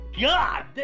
God